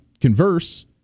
converse